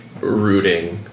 rooting